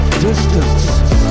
Distance